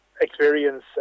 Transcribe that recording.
experience